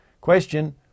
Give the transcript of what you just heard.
Question